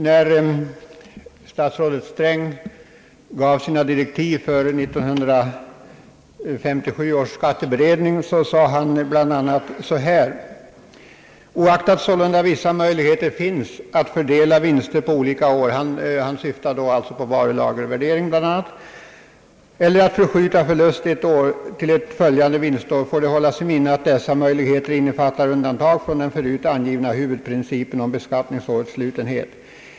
När statsrådet Sträng gav sina direktiv för 1957 års skatteberedning sade han bla. följande: »Oaktat sålunda vissa möjligheter finnes att fördela vinster på olika år» — han syftar då bl.a. på varulagervärdering — »eller förskjuta förlust ett år till ett följande vinstår, får det hållas i minnet att dessa möjligheter innefattar undantag från den förut angivna huvudprincipen om beskattningsårets slutenhet.